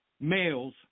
males